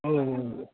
औ औ